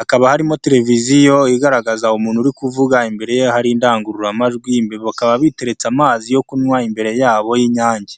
Hakaba harimo tereviziyo igaragaza umuntu uri kuvuga, imbere ye hari indangururamajwi bakaba biteretse amazi yo kunywa imbere yabo y'inyange.